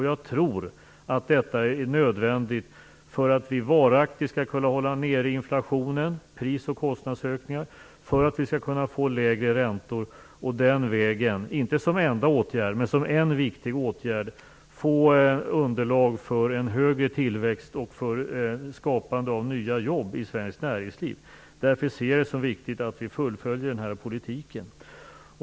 Jag tror att detta är nödvändigt för att vi varaktigt skall kunna hålla nere inflationen, pris och kostnadsökningar, för att vi skall kunna få lägre räntor och den vägen - inte som enda åtgärd men som en viktig åtgärd - få underlag för en högre tillväxt och för ett skapande av nya jobb i svenskt näringsliv. Därför ser jag det som viktigt att vi fullföljer den här politiken.